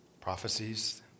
prophecies